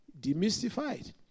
demystified